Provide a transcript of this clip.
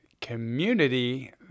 community